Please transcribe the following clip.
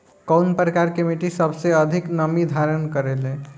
कउन प्रकार के मिट्टी सबसे अधिक नमी धारण करे ले?